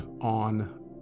on